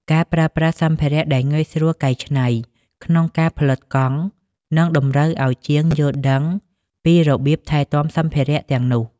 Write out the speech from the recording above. ការប្រើប្រាស់សម្ភារៈដែលងាយស្រួលកែច្នៃ ក្នុងការផលិតកង់ នឹងតម្រូវឱ្យជាងយល់ដឹងពីរបៀបថែទាំសម្ភារៈទាំងនោះ។